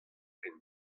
rin